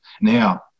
Now